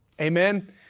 Amen